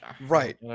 Right